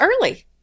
early